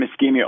ischemia